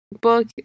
book